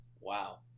wow